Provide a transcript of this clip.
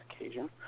occasion